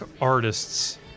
artists